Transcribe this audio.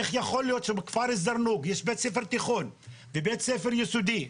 איך יכול להיות שבכפר זרנוק יש בית ספר תיכון ובית ספר יסודי,